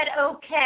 okay